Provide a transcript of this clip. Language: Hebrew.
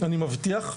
אני מבטיח,